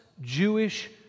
Jewish